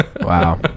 Wow